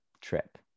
trip